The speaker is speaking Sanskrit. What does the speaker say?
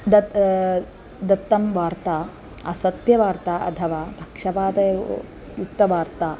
दत् दत्तं वार्ता असत्यवार्ता अथवा पक्षपात एव युक्तवार्ता